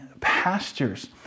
pastures